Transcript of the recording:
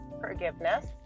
forgiveness